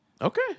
Okay